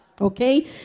okay